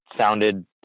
sounded